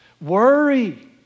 Worry